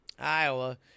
Iowa